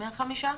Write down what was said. מהחמישה?